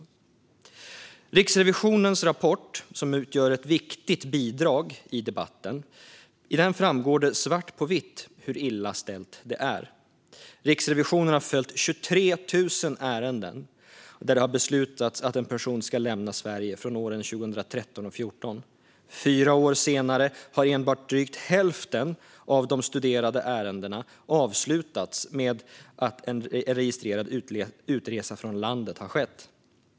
I Riksrevisionens rapport, som utgör ett viktigt bidrag i debatten, framgår det svart på vitt hur illa ställt det är. Riksrevisionen har följt 23 000 ärenden från åren 2013 och 2014 där det har beslutats att en person ska lämna Sverige. Fyra år senare hade enbart drygt hälften av de studerade ärendena avslutats med en registrerad utresa från landet.